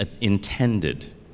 intended